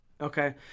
Okay